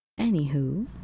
Anywho